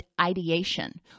ideation